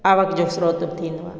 आवक जो श्रोत थींदो आहे